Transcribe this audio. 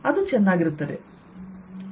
ಅದು ಚೆನ್ನಾಗಿರುತ್ತದೆ